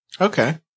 Okay